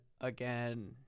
again